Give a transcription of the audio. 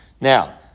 Now